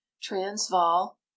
Transvaal